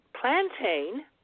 plantain